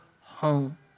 home